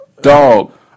Dog